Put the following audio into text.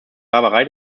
barbarei